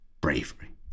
bravery